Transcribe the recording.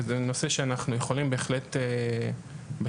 וזה נושא שאנחנו יכולים בהחלט לדון